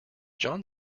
jon